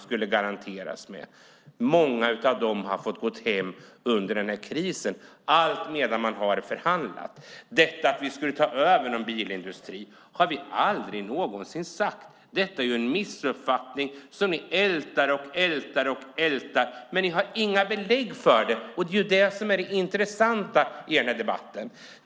Många av dessa människor har fått gå hem under denna kris medan man har förhandlat. Vi har aldrig någonsin sagt att vi skulle ta över någon bilindustri. Detta är en missuppfattning som ni ältar och ältar, men ni har inga belägg för det. Det är det som är det intressanta i denna debatt.